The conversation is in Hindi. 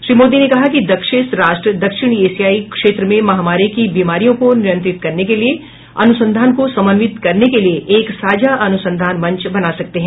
श्री मोदी ने कहा कि दक्षेस राष्ट्र दक्षिण एशियाई क्षेत्र में महामारी की बीमारियों को नियंत्रित करने के लिए अनुसंधान को समन्वित करने के लिए एक साझा अनुसंधान मंच बना सकते हैं